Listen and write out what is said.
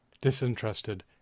disinterested